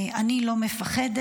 אני לא מפחדת.